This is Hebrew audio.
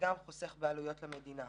וגם חוסך בעלויות למדינה.